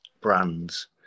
brands